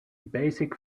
basic